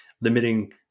limiting